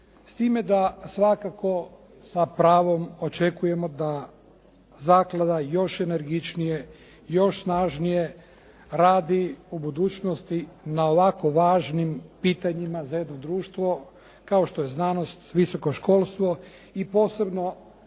S time da svakako sa pravom, očekujemo da zaklada još energičnije, još snažnije radi u budućnosti na ovako važnim pitanjima za jedno društvo, kao što je znanost, visoko školstvo, i posebno,